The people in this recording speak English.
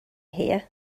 here